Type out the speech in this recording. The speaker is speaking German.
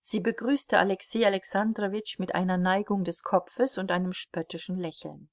sie begrüßte alexei alexandrowitsch mit einer neigung des kopfes und einem spöttischen lächeln